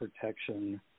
protection